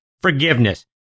forgiveness